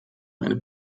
eine